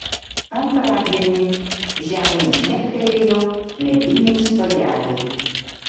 antradienį žemėn žnektelėjo mediniai stogeliai